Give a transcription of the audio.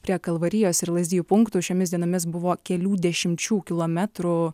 prie kalvarijos ir lazdijų punktų šiomis dienomis buvo kelių dešimčių kilometrų